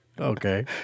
Okay